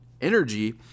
energy